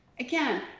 Again